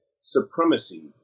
supremacy